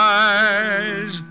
eyes